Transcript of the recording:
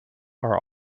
are